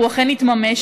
והוא אכן התממש,